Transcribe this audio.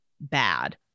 bad